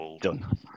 done